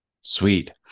Sweet